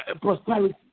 prosperity